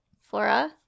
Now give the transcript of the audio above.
Flora